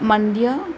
Mandya